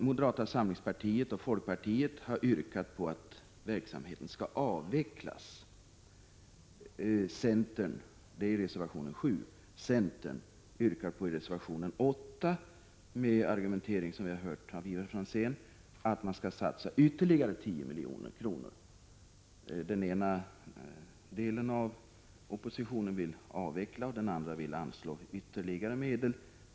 Moderata samlingspartiet och folkpartiet har i reservation 7 yrkat på att verksamheten skall avvecklas. Centern yrkar i reservation 8 med den argumentering som vi har hört av Ivar Franzén att man skall satsa ytterligare 10 milj.kr. Den ena delen av oppositionen vill avveckla och den andra vill anslå ytterligare medel.